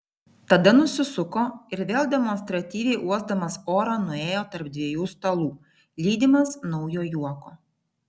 tada nusisuko ir vėl demonstratyviai uosdamas orą nuėjo tarp dviejų stalų lydimas naujo juoko